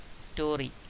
story